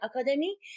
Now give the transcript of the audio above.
academy